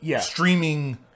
streaming